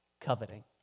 Coveting